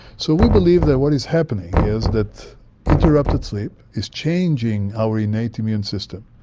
so we believe that what is happening is that interrupted sleep is changing our innate immune system,